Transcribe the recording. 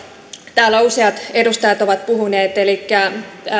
täällä useat edustajat ovat puhuneet elikkä